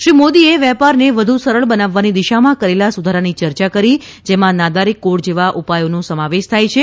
શ્રી મોદીએ વેપારને વધુ સરળ બનાવવાની દિશામાં કરેલા સુધારાની યર્યા કરી જેમાં નાદારી કોડ જેવા ઉપાયોનો સમાવેશ થાય છે